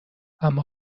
اما